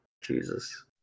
Jesus